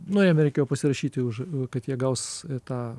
nu jiem reikėjo pasirašyti už kad jie gaus tą